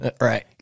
Right